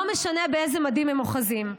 לא משנה באיזה מדים הם אוחזים.